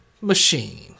machine